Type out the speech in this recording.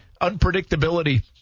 unpredictability